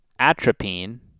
Atropine